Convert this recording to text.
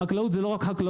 וחקלאות זה לא רק חקלאות,